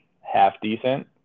half-decent